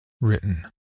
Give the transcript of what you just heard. written